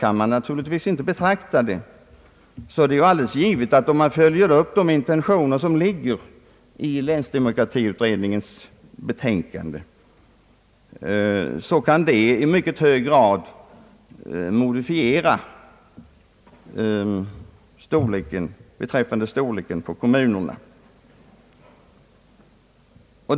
ändring i kommunindelningen demokratiutredningen direkt som ett alternativ är det ändå givet att om denna utrednings intentioner följes upp detta i mycket hög grad kan modifiera storleken på de nya kommunerna.